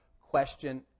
question